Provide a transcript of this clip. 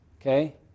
Okay